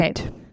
Okay